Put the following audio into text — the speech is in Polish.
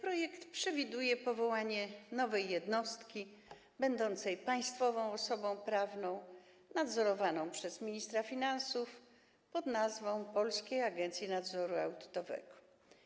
Projekt przewiduje powołanie nowej jednostki będącej państwową osobą prawną nadzorowaną przez ministra finansów pod nazwą: Polska Agencji Nadzoru Audytowego.